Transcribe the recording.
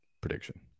prediction